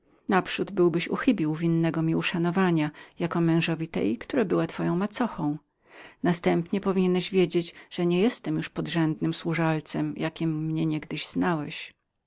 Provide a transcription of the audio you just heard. naprzód byłbyś uchybił winnemu mi uszanowaniu jako mężowi tej która była twoją macochą następnie powinieneś wiedzieć że nie jestem już podrzędnym służalcem jakim mnie niegdyś znałeś